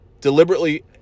deliberately